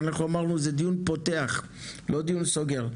אנחנו אמרנו, זה דיון פותח, לא דיון סוגר.